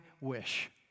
wish